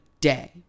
day